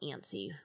antsy